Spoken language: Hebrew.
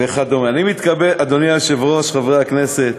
אדוני היושב-ראש, חברי הכנסת,